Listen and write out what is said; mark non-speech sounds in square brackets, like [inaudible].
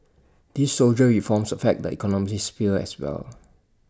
these soldier reforms [noise] affect the economic sphere as well